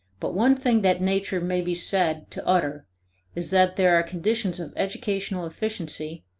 but one thing that nature may be said to utter is that there are conditions of educational efficiency,